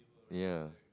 ya